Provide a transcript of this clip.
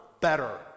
better